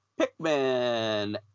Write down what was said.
Pikmin